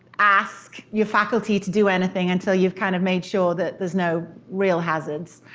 ask, your faculty to do anything until you've kind of made sure that there's no real hazards.